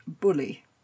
bully